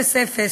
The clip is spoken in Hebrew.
20:00,